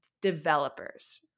developers